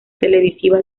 televisiva